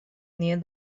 near